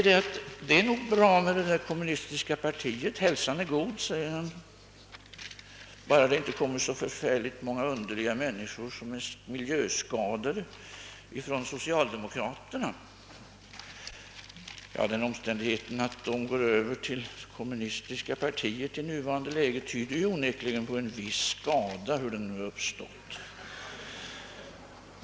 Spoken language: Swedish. Det är nog bra med det kommunistiska partiet; hälsan är god, säger han, bara det inte kommer så förfärligt många underliga miljöskadade människor från socialdemokraterna. Den omständigheten att de i nuvarande läge går över till kommunistiska partiet tyder ju onekligen på en viss skada, hur den nu har uppstått.